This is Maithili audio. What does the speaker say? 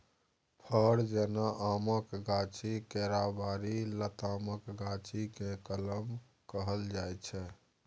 फर जेना आमक गाछी, केराबारी, लतामक गाछी केँ कलम कहल जाइ छै